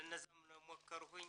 ואין מענה והוא לא יכול למכור את